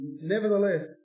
Nevertheless